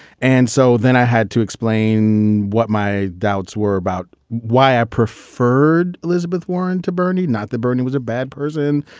and so then i had to explain what my doubts were about why i preferred elizabeth warren to bernie, not the bernie was a bad person,